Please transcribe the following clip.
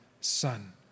son